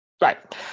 Right